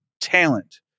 talent